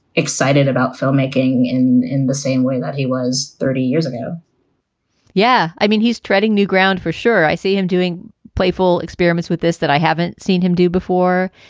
excited about filmmaking in in the same way that he was thirty years ago yeah, i mean, he's treading new ground for sure. i see him doing playful experiments with this that i haven't seen him do before.